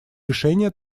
решения